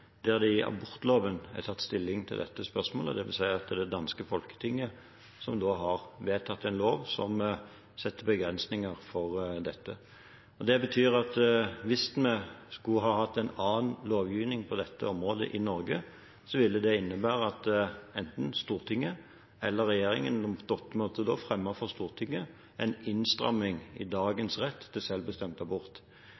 det i abortloven er tatt stilling til dette spørsmålet. Det vil si at det er det danske Folketinget som har vedtatt en lov som setter begrensninger for dette. Det betyr at hvis vi skulle ha hatt en annen lovgivning på dette området i Norge, ville det innebære at enten Stortinget eller regjeringen da måtte fremme for Stortinget en innstramming i